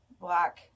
Black